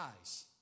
eyes